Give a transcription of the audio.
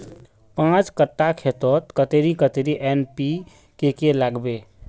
पाँच कट्ठा खेतोत कतेरी कतेरी एन.पी.के के लागबे?